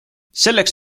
selleks